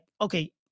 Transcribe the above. okay